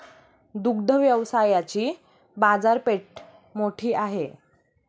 दुग्ध व्यवसायाची बाजारपेठ मोठी आहे